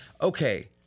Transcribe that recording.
Okay